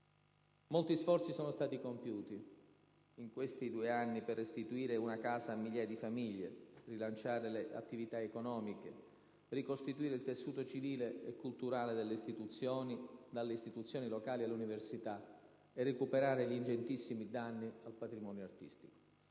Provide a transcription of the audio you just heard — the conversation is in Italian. Molti sforzi sono stati compiuti, in questi due anni, per restituire una casa a migliaia di famiglie, rilanciare le attività economiche, ricostituire il tessuto civile e culturale - dalle istituzioni locali all'università - e recuperare gli ingentissimi danni al patrimonio artistico.